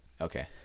Okay